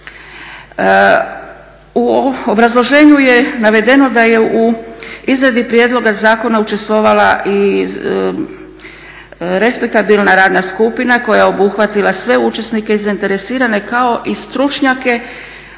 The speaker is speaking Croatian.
U obrazloženju je navedeno da je u izradi prijedloga zakona učestvovala i respektabilna radna skupina koja je obuhvatila sve učesnike i zainteresirane kao i stručnjake